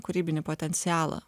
kūrybinį potencialą